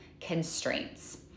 constraints